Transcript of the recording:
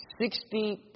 Sixty